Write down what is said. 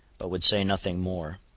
but would say nothing more,